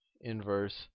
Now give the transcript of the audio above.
inverse